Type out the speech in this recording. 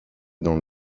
dans